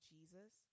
Jesus